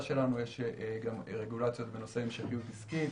שלנו יש גם רגולציות בנושא המשכיות עסקית,